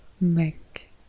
make